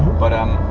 but